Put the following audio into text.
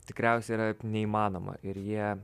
tikriausiai yra neįmanoma ir jie